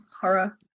horror